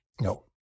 No